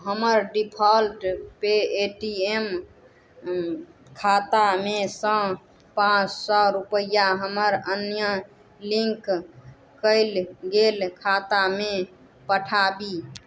हमर default Paytm खातामेसँ पाँच सओ रुपैआ हमर अन्य लिन्क कएल गेल खातामे पठाबी